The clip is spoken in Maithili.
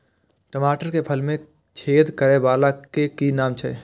टमाटर के फल में छेद करै वाला के कि नाम छै?